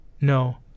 No